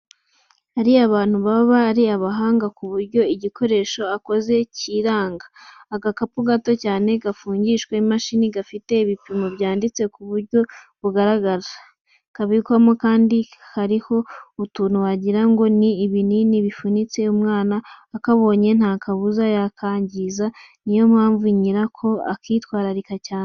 Hari abantu baba ari abahanga ku buryo igikoresho akoze cyiranga! Agakapu gato cyane, gafungishwa imashini, gafite ibipimo byanditse ku buryo bugaragara neza, kabikwamo akandi kariho utuntu wagira ngo ni ibinini bifunitse, umwana akabonye nta kabuza yakangiza, ni yo mpamvu nyirako akitwararika cyane.